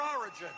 origin